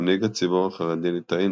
מנהיג הציבור החרדי־ליטאי,